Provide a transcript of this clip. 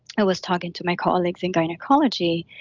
i was talking to my colleagues in gynecology,